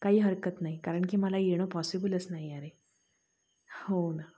काही हरकत नाही कारण की मला येणं पॉसिबलच नाहीए रे हो ना